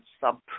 sub